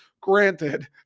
Granted